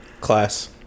Class